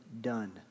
done